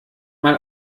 mal